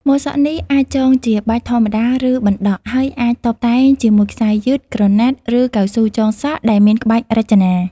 ម៉ូតសក់នេះអាចចងជាបាច់ធម្មតា ឬបណ្ដក់ ហើយអាចតុបតែងជាមួយខ្សែយឺត ក្រណាត់ ឬកៅស៊ូចងសក់ដែលមានក្បាច់រចនា។